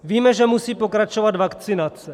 Víme, že musí pokračovat vakcinace.